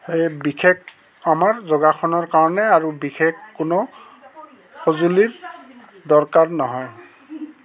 সেয়ে বিশেষ আমাৰ যোগাসনৰ কাৰণে আৰু বিশেষ কোনো সঁজুলিৰ দৰকাৰ নহয়